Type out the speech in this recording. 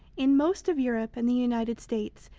in most of europe and the united states,